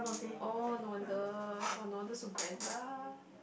oh no wonder no wonder so grand lah